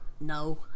No